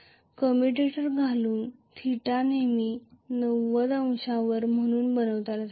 commutator घालून θ नेहमी 90 अंश म्हणून बनविला जातो